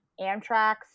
Amtrak's